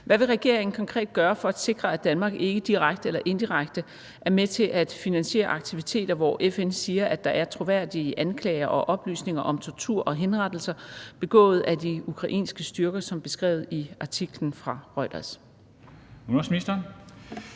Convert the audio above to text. Hvad vil regeringen konkret gøre for at sikre, at Danmark ikke direkte eller indirekte er med til at finansiere aktiviteter, hvor FN siger, at der er troværdige anklager og oplysninger om tortur og henrettelser begået af de ukrainske styrker som beskrevet i artiklen fra Reuters?